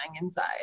inside